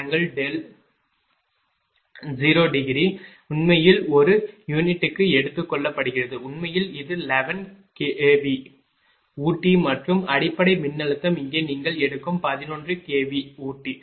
எனவே V11∠0° உண்மையில் ஒரு யூனிட்டுக்கு எடுத்துக்கொள்ளப்படுகிறது உண்மையில் இது 11 kV ஊட்டி மற்றும் அடிப்படை மின்னழுத்தம் இங்கே நீங்கள் எடுக்கும் 11 kV ஊட்டி